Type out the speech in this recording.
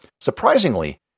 Surprisingly